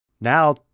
Now